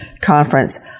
Conference